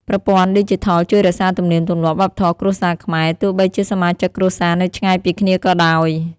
ប្រព័ន្ធឌីជីថលជួយរក្សាទំនៀមទម្លាប់ វប្បធម៌គ្រួសារខ្មែរ ទោះបីជាសមាជិកគ្រួសារនៅឆ្ងាយពីគ្នាក៏ដោយ។